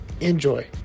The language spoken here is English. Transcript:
Enjoy